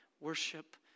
Worship